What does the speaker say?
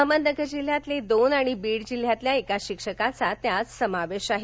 अहमदनगर जिल्ह्यातील दोन आणि बीड जिल्ह्यातील एका शिक्षकाचा यात समावेश आहे